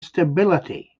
stability